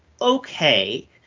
okay